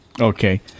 Okay